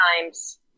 times